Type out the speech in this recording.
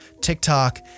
TikTok